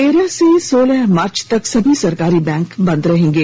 तेरह से सोलह मार्च तक सभी सरकारी बैंक बंद रहेंगे